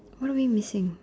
what are we missing